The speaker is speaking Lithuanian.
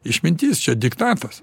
išmintis čia diktatas